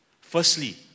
Firstly